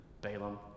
Balaam